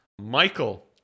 Michael